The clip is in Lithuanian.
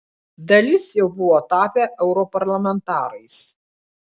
dalis jau buvo tapę europarlamentarais